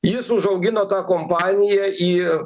jis užaugino tą kompaniją į